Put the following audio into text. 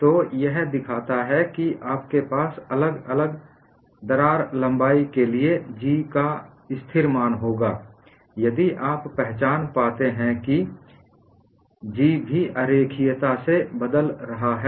तो यह दिखाता है कि आपके पास अलग अलग दरार लंबाई के लिए G का स्थिर मान होगा यदि आप पहचान पाते हैं कि G भी अरेखीयता से बदल रहा है